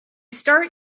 start